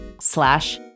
slash